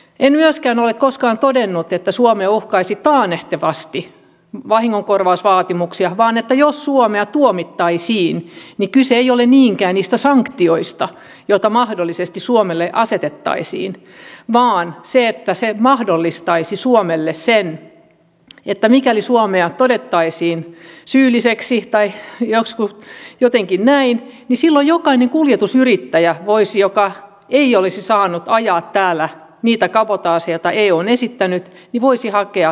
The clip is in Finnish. en myöskään ole koskaan todennut että suomea uhkaisivat taannehtivasti vahingonkorvausvaatimukset vaan että jos suomi tuomittaisiin niin kyse ei olisi niinkään niistä sanktioista joita mahdollisesti suomelle asetettaisiin vaan siitä että se mahdollistaisi suomelle sen että mikäli suomi todettaisiin syylliseksi tai jotenkin näin niin silloin jokainen kuljetusyrittäjä joka ei olisi saanut ajaa täällä niitä kabotaaseja joita eu on esittänyt voisi hakea vahingonkorvausta